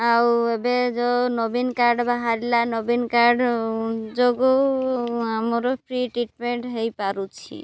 ଆଉ ଏବେ ଯେଉଁ ନବୀନ କାର୍ଡ଼ ବାହାରିଲା ନବୀନ କାର୍ଡ଼ ଯୋଗୁଁ ଆମର ଫ୍ରି ଟ୍ରିଟମେଣ୍ଟ୍ ହେଇପାରୁଛି